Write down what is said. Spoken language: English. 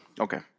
Okay